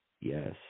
Yes